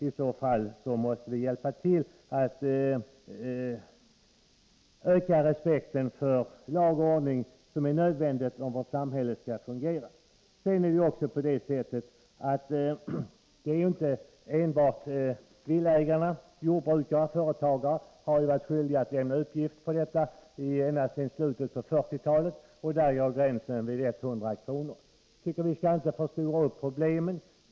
I så fall måste vi hjälpa till att öka respekten för lag och ordning, vilka är nödvändiga för att vårt samhälle skall fungera. Detta gäller inte enbart villaägarna. Jordbrukare och företagare har varit skyldiga att lämna sådana här uppgifter ända sedan slutet av 1940-talet. Där går gränsen vid 100 kr. Vi skall inte förstora upp problemen.